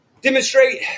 demonstrate